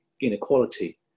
inequality